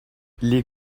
les